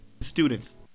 students